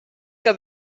que